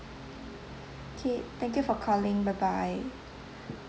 K thank you for calling bye bye